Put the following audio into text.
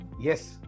yes